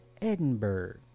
edinburgh